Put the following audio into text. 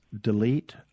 delete